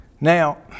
Now